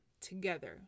together